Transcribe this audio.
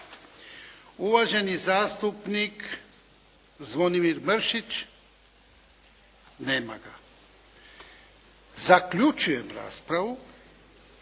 Uvaženi zastupnik Zvonimir Mršić. Nema ga. Zaključujem raspravu.